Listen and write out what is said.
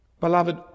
Beloved